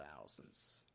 thousands